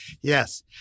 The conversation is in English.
Yes